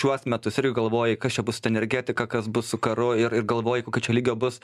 šiuos metus irgi galvojai kas čia bus su ta energetika kas bus su karu ir ir galvojai kokio čia lygio bus